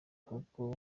kuko